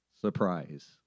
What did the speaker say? Surprise